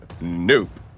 Nope